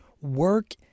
Work